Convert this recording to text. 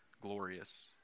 glorious